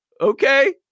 okay